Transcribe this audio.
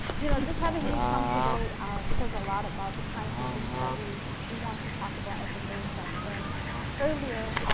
you know just having me come today um says a lot about the kinds of things that we we want to talk about as a nation. and earlier,